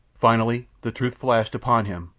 finally the truth flashed upon him,